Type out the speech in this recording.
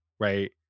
right